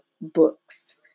Books